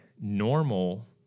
normal